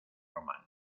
román